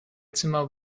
zimmer